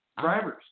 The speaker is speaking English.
Drivers